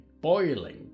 boiling